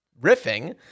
riffing